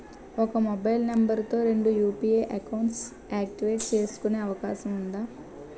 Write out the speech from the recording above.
ఒక mobile number తో రెండు యు.పి.ఐ అకౌంట్స్ యాక్టివేట్ చేసుకునే అవకాశం వుందా?